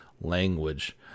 language